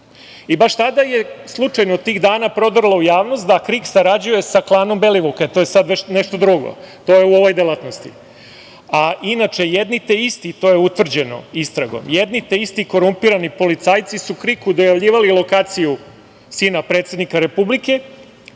tada je slučajno tih dana prodrlo u javnost da KRIK sarađuje sa klanom Belivuka. To je sad već nešto drugo, to je u ovoj delatnosti. Inače, jedni te isti, i to je utvrđeno istragom, jedni te isti korumpirani policajci su KRIK-u dojavljivali lokaciju sina predsednika Republike